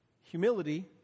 humility